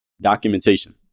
documentation